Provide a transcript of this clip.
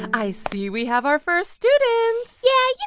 i see we have our first students yeah, you